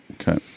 Okay